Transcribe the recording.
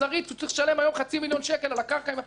שצריך לשלם חצי מיליון שקל על הקרקע עם הפיתוח.